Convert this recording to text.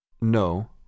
No